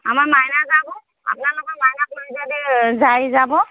আমাৰ মাইনা যাব আপোনালোকৰ মাইনাক লৈ যদি যাই যাব